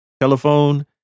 Telephone